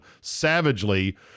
savagely